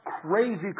crazy